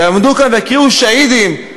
יעמדו כאן ויקריאו שהידים,